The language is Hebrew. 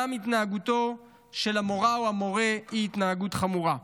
גם אם התנהגות המוֹרָה או המוֹרֶה היא התנהגות חמורה,